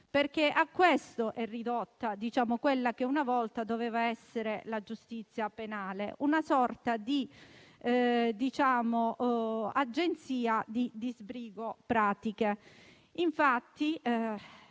pratiche. A questo è ridotta quella che una volta doveva essere la giustizia penale: una sorta di agenzia di disbrigo pratiche.